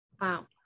Wow